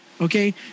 Okay